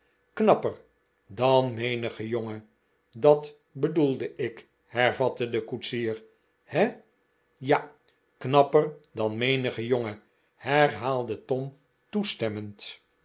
knapper dan menige jonge dat bedoelde ik hervatte de koetsier he ja knapper dan menige jonge herhaalde tom toestemmend